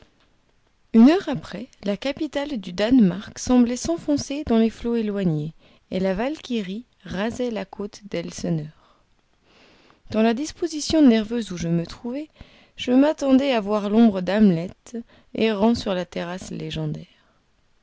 une heure après la capitale du danemark semblait s'enfoncer dans les flots éloignés et la valkyrie rasait la côte d'elseneur dans la disposition nerveuse où je me trouvais je m'attendais à voir l'ombre d'hamlet errant sur la terrasse légendaire